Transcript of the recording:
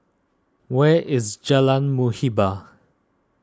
where is Jalan Muhibbah